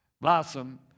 blossom